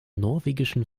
norwegischen